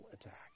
attack